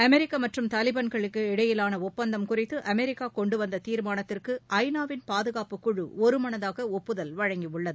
அமெரிக்கமற்றும் தாலிபான்களுக்கிடையிலானஒப்பந்தம் குறித்துஅமெரிக்காகொண்டுவந்ததீர்மானத்திற்கு ஐநா குழு ஒருமனதாகஒப்புதல் வழங்கியுள்ளது